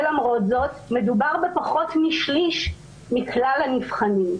ולמרות זאת, מדובר בפחות משליש מכלל הנבחנים.